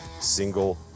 single